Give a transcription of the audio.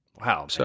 Wow